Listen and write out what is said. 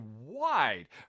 wide